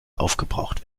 aufgebraucht